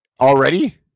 Already